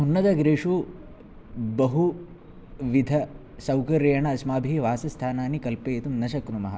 उन्नतगिरिषु बहुविधसौकर्येण अस्माभिः वासस्थानानि कल्पयितुं न शक्नुमः